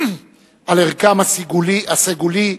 על ערכם הסגולי,